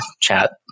chat